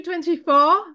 2024